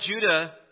Judah